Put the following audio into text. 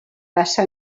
passa